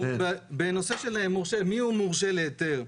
בנושא של מורשה מי הוא מורשה להיתר?